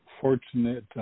fortunate –